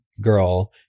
girl